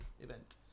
event